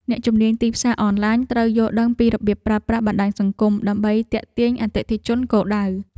អ្នកជំនាញទីផ្សារអនឡាញត្រូវយល់ដឹងពីរបៀបប្រើប្រាស់បណ្តាញសង្គម ដើម្បីទាក់ទាញអតិថិជនគោលដៅ។